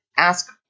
Ask